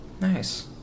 Nice